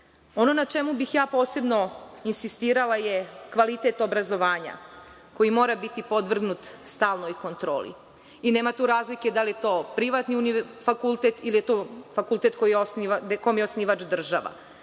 na čemu bih ja posebno insistirala je kvalitet obrazovanja koji mora biti podvrgnut stalnoj kontroli. Nema tu razlike da li je to privatni fakultet ili je to fakultet kome je osnivač država.